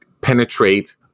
penetrate